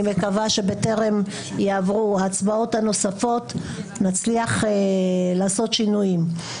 אני מקווה שבטרם יעברו ההצבעות הנוספות נצליח לעשות שינויים.